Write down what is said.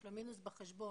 יש לו מינוס בחשבון,